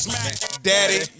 Daddy